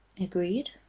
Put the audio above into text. Agreed